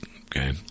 okay